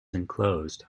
enclosed